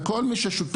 עם כל מי ששותף.